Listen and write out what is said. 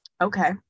Okay